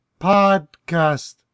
Podcast